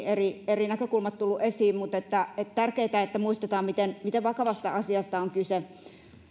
eri eri näkökulmat ovat tulleet esiin mutta on tärkeätä että muistetaan miten miten vakavasta asiasta on kyse